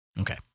Okay